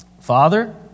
Father